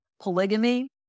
polygamy